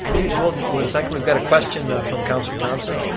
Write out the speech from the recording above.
can you just hold one second? we've got a question from councillor thomsen.